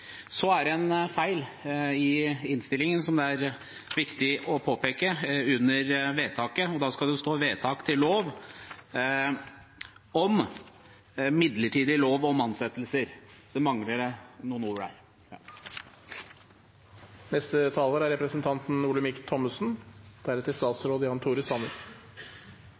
Så er det en feil i innstillingen som det er viktig å påpeke, under vedtaket. Der skal det stå «vedtak til midlertidig lov om ansettelser». Så det mangler noen ord der. Jeg skal ikke dra ut taletiden på dette, men bare kort kommentere at i merknadene kan det